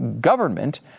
government